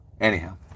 anyhow